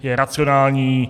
Je racionální.